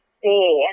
see